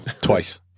Twice